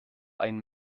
einen